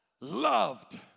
loved